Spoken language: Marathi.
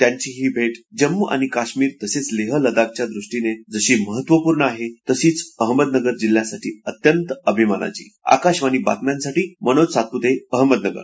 त्यांची ही भे जम्मू आणि काश्मीर तसंच लेह लडाखच्या दृष्टीनं जशी महत्त्वपूर्ण आहे तशीच अहमदनगर जिल्ह्यासाठी अत्यंत अभिमानाची आकाशवाणी बातम्यांसाठी मनोज सातप्ते अहमदनगर